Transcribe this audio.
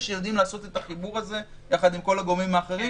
שיודעים לעשות את החיבור הזה ביחד עם כל הגורמים האחרים.